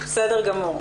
בסדר גמור.